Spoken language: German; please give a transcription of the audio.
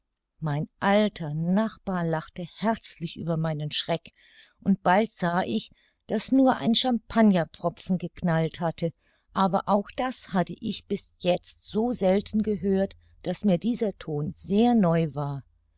mein alter nachbar lachte herzlich über meinen schreck und bald sah ich daß nur ein champagnerpfropfen geknallt hatte aber auch das hatte ich bis jetzt so selten gehört daß mir dieser ton sehr neu war